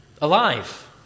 alive